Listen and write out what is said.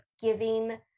giving